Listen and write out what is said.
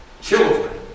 Children